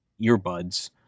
earbuds